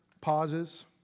pauses